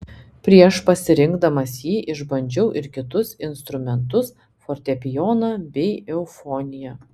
prieš pasirinkdamas jį išbandžiau ir kitus instrumentus fortepijoną bei eufoniją